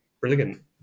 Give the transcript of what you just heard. brilliant